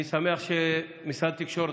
אני שמח שבמשרד התקשורת,